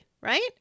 right